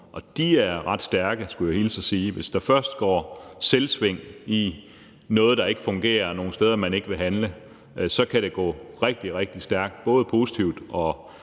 og de er ret stærke, skulle jeg hilse at sige. Hvis der først går selvsving i noget, der ikke fungerer, altså nogle steder, hvor man ikke vil handle, så kan det gå rigtig, rigtig stærkt – både positivt og